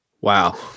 Wow